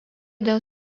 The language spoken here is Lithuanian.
dėl